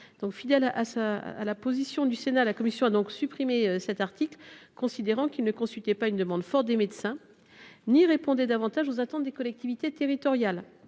Fidèle à la position du Sénat, la commission a donc supprimé cet article, considérant qu’il n’exprimait pas une demande forte des médecins et qu’il ne répondait pas davantage aux attentes des collectivités territoriales